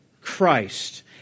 Christ